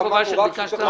אני מבקש גם